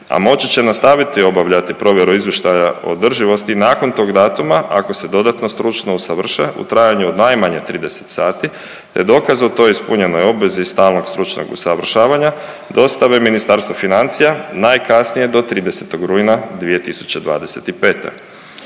a moći će nastaviti obavljati provjeru izvještaja o održivosti nakon tog datuma, ako se dodatno stručno usavrše u trajanju od najmanje 30 sati te dokaz o toj ispunjenoj obvezi iz stalnog stručnog usavršavanja dostave Ministarstvu financija najkasnije do 30. rujna 2025.